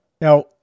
now